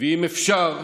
ואם אפשר,